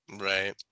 Right